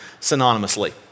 synonymously